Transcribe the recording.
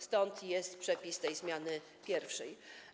Stąd jest przepis tej zmiany pierwszej.